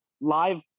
live